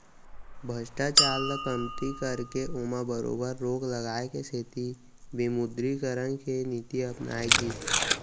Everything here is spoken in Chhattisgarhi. भस्टाचार ल कमती करके ओमा बरोबर रोक लगाए के सेती विमुदरीकरन के नीति अपनाए गिस